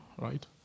right